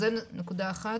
זו נקודה אחת.